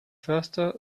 förster